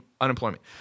unemployment